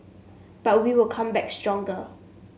but we will come back stronger